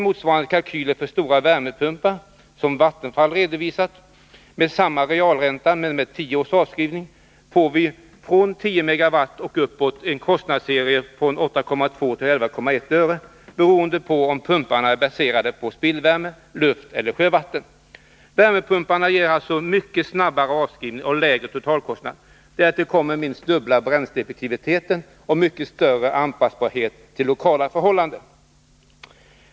Motsvarande kalkyler för stora värmepumpar som Vattenfall redovisat, med samma realränta men med tio års avskrivning, ger från 10 MW och uppåt en kostnadsserie från 8,2 till 11,1 öre/k Wh beroende på om pumparna är baserade på spillvärme, luft eller sjövatten. Värmepumparna ger alltså mycket snabbare avskrivning och lägre totalkostnad. Därtill kommer minst dubbla bränsleeffektiviteten och mycket större anpassbarhet till lokala förhållanden.